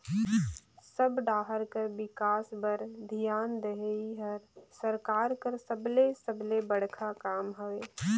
सब डाहर कर बिकास बर धियान देहई हर सरकार कर सबले सबले बड़खा काम हवे